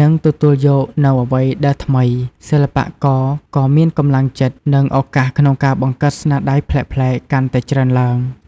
និងទទួលយកនូវអ្វីដែលថ្មី សិល្បករក៏មានកម្លាំងចិត្ត និងឱកាសក្នុងការបង្កើតស្នាដៃប្លែកៗកាន់តែច្រើនឡើង។